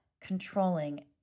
controlling